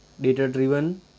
Data-driven